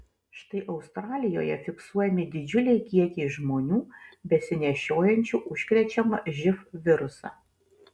štai australijoje fiksuojami didžiuliai kiekiai žmonių besinešiojančių užkrečiamą živ virusą